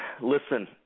listen